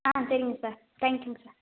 ஆ சரிங்க சார் தேங்க்யூங்க சார்